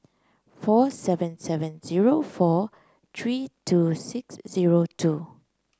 four seven seven zero four three two six zero two